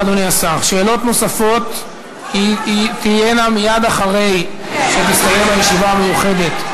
שאלות נוספות תהיינה מייד אחרי שתסתיים הישיבה המיוחדת,